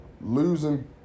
Losing